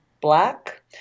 black